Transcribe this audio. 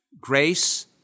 grace